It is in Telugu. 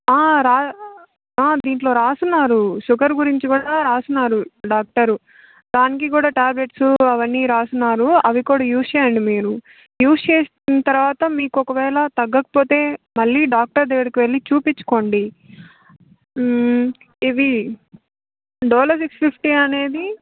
రా దీంట్లో రాసారు షుగర్ గురించి కూడా రాసారు డాక్టర్ దానికి కూడా ట్యాబ్లెట్స్ అవన్నీ రాసారు అవి కూడా యూస్ చేయండి మీరు యూస్ చేసిన తర్వాత మీకు ఒకవేళ తగ్గకపోతే మళ్ళీ డాక్టర్ దగ్గరకి వెళ్ళి చూపించుకోండి ఇవి డోలో సిక్స్ ఫిఫ్టీ అనేది